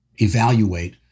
evaluate